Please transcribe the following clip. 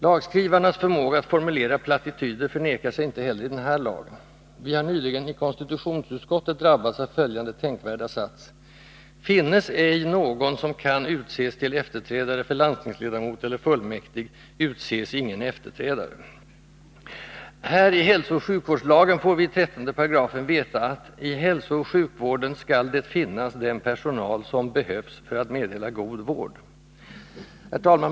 Lagskrivarnas förmåga att formulera plattityder förnekar sig inte heller i den här lagen. Vi har nyligen i konstitutionsutskottet drabbats av följande tänkvärda sats: ” Finnes ej någon som kan utses till efterträdare för landstingsledamot eller fullmäktig, utses ingen efterträdare.” Här i hälsooch sjukvårdslagen får vi i 13 § veta att ”I hälsooch sjukvården skall det finnas den personal som behövs för att meddela god vård”. — Herr talman!